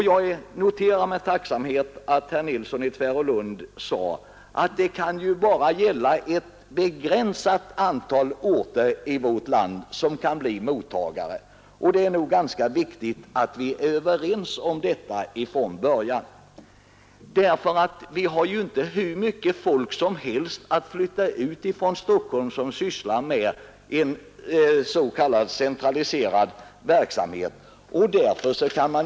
Jag noterar med tacksamhet att herr Nilsson i Tvärålund sade att endast ett begränsat antal orter i vårt land kan bli mottagare, och det är nog ganska viktigt att vi är överens om detta från början. Det finns ju inte hur mycket folk som helst i Stockholm som sysslar med s.k. centraliserad verksamhet och som kan flyttas ut.